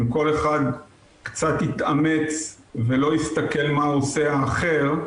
אם כל אחד קצת יתאמץ ולא יסתכל מה עושה האחר,